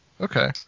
Okay